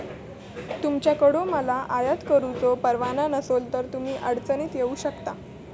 तुमच्याकडे माल आयात करुचो परवाना नसलो तर तुम्ही अडचणीत येऊ शकता